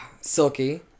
Silky